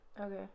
Okay